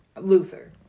Luther